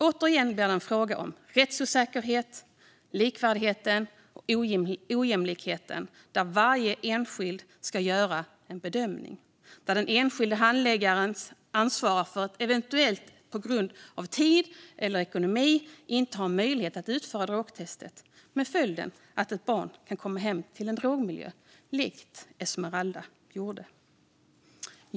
Återigen blir det en fråga om rättsosäkerhet, likvärdighet och ojämlikhet, där varje enskild handläggare ska göra en bedömning. Den enskilda handläggaren ansvarar för att eventuellt, på grund av tid eller ekonomi, inte ha möjlighet att utföra drogtestet - med följden att barn kan komma hem till en drogmiljö, som Esmeralda gjorde.